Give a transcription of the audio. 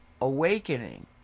awakening